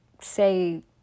say